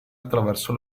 attraverso